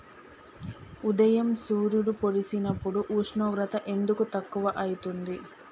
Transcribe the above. ఉదయం సూర్యుడు పొడిసినప్పుడు ఉష్ణోగ్రత ఎందుకు తక్కువ ఐతుంది?